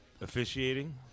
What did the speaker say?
officiating